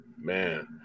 man